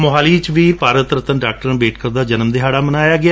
ਮੁਹਾਲੀ ਵਿਚ ਵੀ ਭਾਰਤ ਰਤਨ ਡਾ ਅੰਬੇਡਕਰ ਦਾ ਜਨਮ ਦਿਹਾੜਾ ਮਨਾਇਆ ਗਿਆ